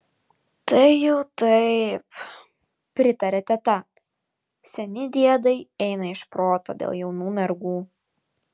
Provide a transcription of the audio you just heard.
tai jau taip pritarė teta seni diedai eina iš proto dėl jaunų mergų